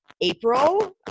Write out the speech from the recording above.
April